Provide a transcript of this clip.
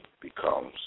becomes